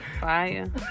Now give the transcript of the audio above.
fire